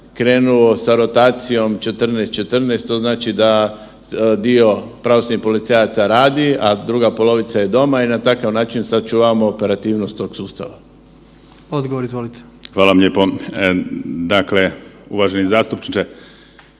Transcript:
krenuo sa rotacijom 14-14 što znači da dio pravosudnih policajaca radi, a druga polovica je doma i na takav način sačuvamo operativnost tog sustava? **Jandroković, Gordan (HDZ)** Izvolite